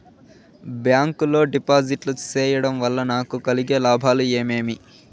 Bank లో డిపాజిట్లు సేయడం వల్ల నాకు కలిగే లాభాలు ఏమేమి?